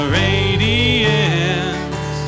radiance